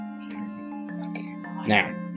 Now